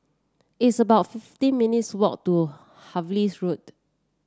it's about fifteen minutes' walk to Harvey Road